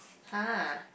!huh!